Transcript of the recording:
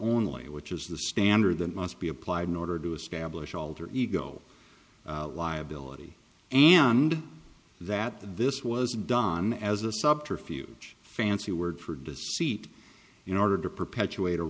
only which is the standard that must be applied in order to establish alter ego liability and that this was done as a subterfuge fancy word for deceit in order to perpetuate